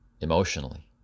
emotionally